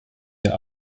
der